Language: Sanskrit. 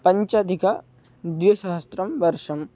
पञ्चाधिकं द्विसहस्रं वर्षम्